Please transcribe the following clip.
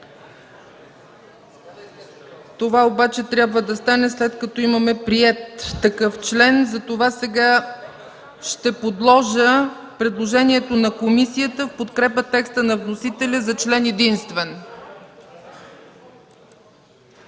Това обаче трябва да стане, след като имаме приет такъв член. Сега ще подложа на гласуване предложението на комисията в подкрепа текста на вносителя за член единствен.